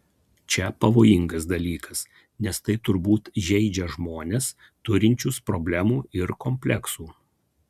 čia pavojingas dalykas nes tai turbūt žeidžia žmones turinčius problemų ir kompleksų